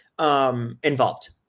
Involved